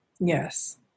Yes